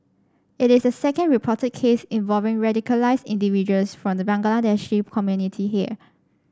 it is the second reported case involving radicalised individuals from the Bangladeshi community here